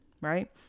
right